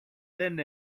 δεν